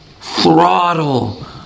throttle